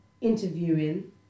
interviewing